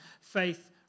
faith